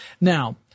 Now